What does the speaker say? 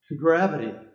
gravity